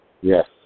Yes